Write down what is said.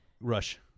Rush